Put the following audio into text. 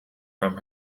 from